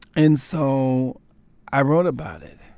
and so i wrote about it